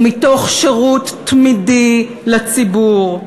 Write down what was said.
ומתוך שירות תמידי לציבור,